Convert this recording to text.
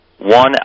One